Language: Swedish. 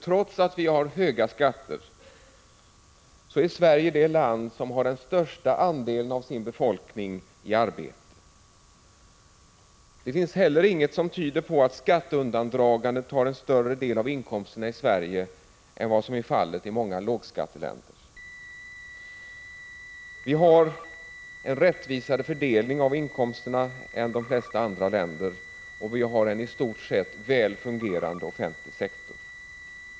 Trots att vi har höga skatter är Sverige det land som har den största andelen av sin befolkning i arbete. Det finns heller ingenting som tyder på att skatteundandragandet tar en större del av inkomsterna i Sverige än vad som är fallet i många lågskatteländer. Vi har en rättvisare fördelning av inkomsterna än de flesta andra länder, och vi har en i stort sett väl fungerande offentlig sektor.